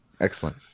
Excellent